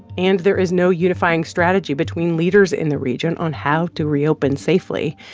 and there is no unifying strategy between leaders in the region on how to reopen safely.